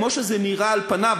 כמו שזה נראה על פניו,